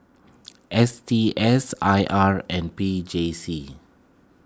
S T S I R and P J C